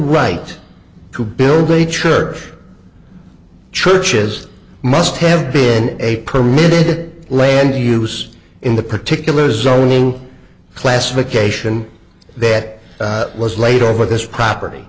right to build a church churches must have been a permitted land use in the particular zoning classification that was laid over this property